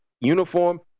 uniform